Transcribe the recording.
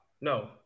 no